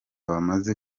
bamaze